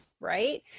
Right